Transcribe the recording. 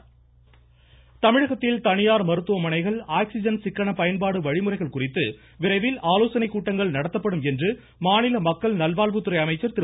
சுப்பிரமணியன் தமிழகத்தில் தனியார் மருத்துவமனைகள் ஆக்சிஜன் சிக்கன பயன்பாடு வழிமுறைகள் குறித்து விரைவில் ஆலோசனைக் கூட்டங்கள் நடத்தப்படும் என்று மாநில மக்கள் நல்வாழ்வுத்துறை அமைச்சர் திரு